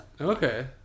okay